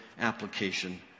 application